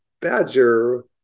badger